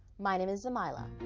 my name is zamyla.